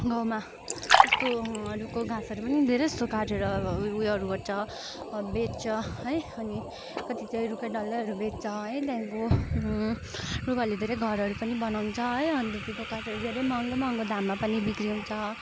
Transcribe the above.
गाउँमा यस्तोहरूको घाँसहरू पनि धेरैजसो काटेर उयोहरू गर्छ बेच्छ है अनि कति चाहिँ रुखै डल्लैहरू बेच्छ है त्यहाँदेखिको रुखहरूले धेरै घरहरू पनि बनाउँछ है अनि धूपीको काठहरू धेरै महँगो महँगो दाममा पनि बिक्री हुन्छ